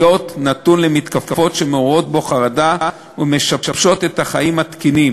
נתון למתקפות שמעוררות בו חרדה ומשבשות את החיים התקינים.